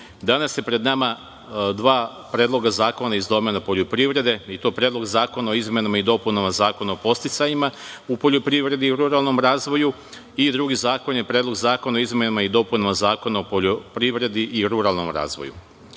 danas su pred nama dva predloga zakona iz domena poljoprivrede i to Predlog zakona o izmenama i dopunama Zakona o podsticajima u poljoprivredi i ruralnom razvoju i drugi zakon je Predlog zakona o izmenama i dopunama Zakona o poljoprivredi i ruralnom razvoju. Predlog